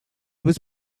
was